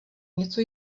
něco